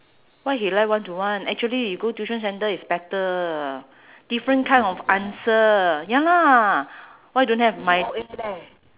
why he like one to one actually you go tuition centre is better different kind of answer ya lah why don't have my